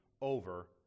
over